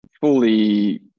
fully